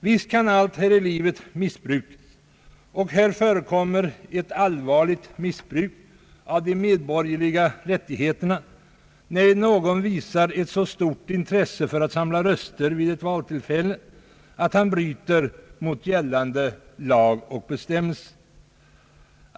Visst kan allt här i livet missbrukas, och här förekommer ett allvarligt missbruk av de medborgerliga rättigheterna, när någon visar ett så stort intresse för att samla röster vid ett valtillfälle att han bryter mot gällande lag och bestämmelse.